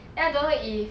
then I don't know if